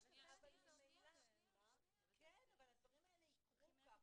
--- אבל הדברים האלה יקרו כך